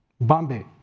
Bombay